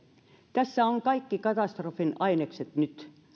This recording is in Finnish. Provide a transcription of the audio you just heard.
tässä on kaikki katastrofin ainekset nyt